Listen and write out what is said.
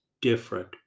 different